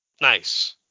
Nice